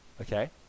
Okay